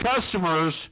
customers